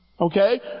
Okay